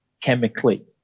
chemically